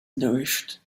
nourished